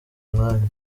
umwanya